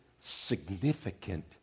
significant